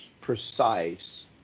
precise